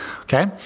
Okay